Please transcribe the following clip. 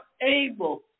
able